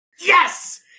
Yes